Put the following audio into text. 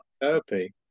Therapy